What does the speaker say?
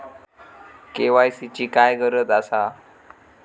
KYC ची काय गरज आसा?